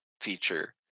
feature